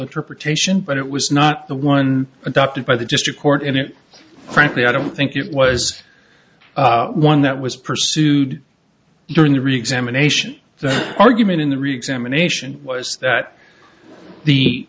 interpretation but it was not the one adopted by the district court and it frankly i don't think it was one that was pursued during the reexamination the argument in the reexamination was that the